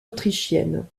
autrichienne